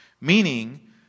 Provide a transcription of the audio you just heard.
meaning